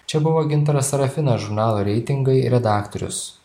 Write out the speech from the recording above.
čia buvo gintaras sarafinas žurnalo reitingai redaktorius